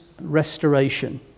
restoration